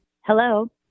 Hello